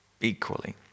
equally